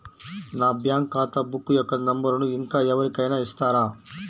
నా బ్యాంక్ ఖాతా బుక్ యొక్క నంబరును ఇంకా ఎవరి కైనా ఇస్తారా?